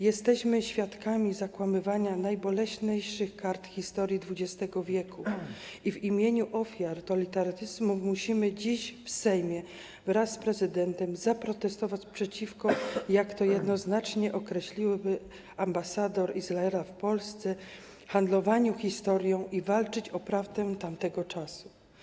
Jesteśmy świadkami zakłamywania najboleśniejszych kart historii XX w. i w imieniu ofiar totalitaryzmu musimy dziś w Sejmie wraz z prezydentem zaprotestować przeciwko, jak to jednoznacznie określił ambasador Izraela w Polsce, handlowaniu historią i walczyć o prawdę tamtego czasu.